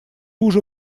уже